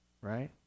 right